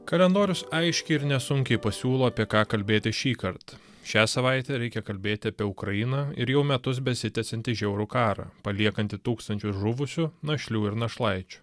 kalendorius aiškiai ir nesunkiai pasiūlo apie ką kalbėti šįkart šią savaitę reikia kalbėti apie ukrainą ir jau metus besitęsiantį žiaurų karą paliekanti tūkstančius žuvusių našlių ir našlaičių